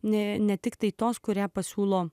ne ne tiktai tos kurią pasiūlo